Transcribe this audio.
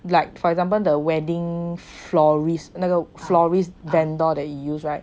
like for example the wedding florist 那个 florist vendor